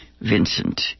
Vincent